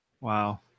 Wow